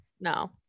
no